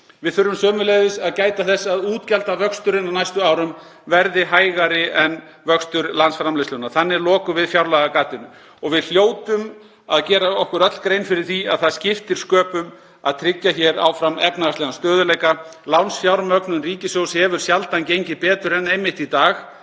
Við þurfum sömuleiðis að gæta þess að útgjaldavöxturinn á næstu árum verði hægari en vöxtur landsframleiðslunnar. Þannig lokum við fjárlagagatinu. Við hljótum öll að gera okkur grein fyrir því að það skiptir sköpum að tryggja hér áfram efnahagslegan stöðugleika. Lánsfjármögnun ríkissjóðs hefur sjaldan gengið betur en einmitt í dag